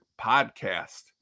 podcast